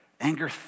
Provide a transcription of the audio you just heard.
Anger